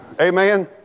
Amen